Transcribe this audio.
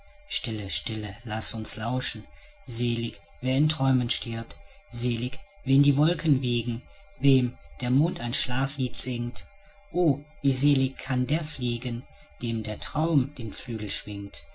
stille stille laß uns lauschen selig wer in träumen stirbt selig wen die wolken wiegen wem der mond ein schlaflied singt o wie selig kann der fliegen dem der traum den flügel schwingt